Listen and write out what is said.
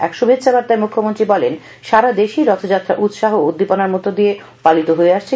এক শুভেচ্ছা বার্তায় মুখ্যমন্ত্রী বলেন সারা দেশেই রখযাত্রা উৎসাহ ও উদ্দীপনার মধ্য দিয়ে পালিত হয়ে আসছে